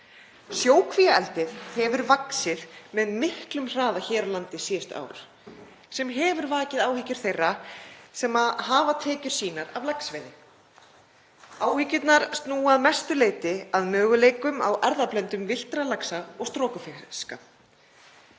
Sjókvíaeldi hefur vaxið með miklum hraða hér á landi síðustu ár sem hefur vakið áhyggjur þeirra sem hafa tekjur sínar af laxveiði. Áhyggjurnar snúa að mestu leyti að möguleikum á erfðablöndun villtra laxa og strokufiska.